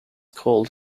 called